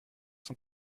cent